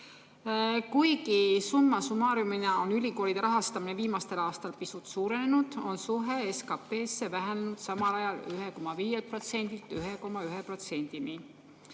Kuigisumma summarum'ina on ülikoolide rahastamine viimasel aastal pisut suurenenud, on suhe SKP‑sse vähenenud samal ajal 1,5%‑lt